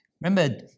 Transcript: Remember